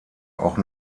auch